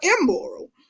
immoral